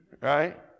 Right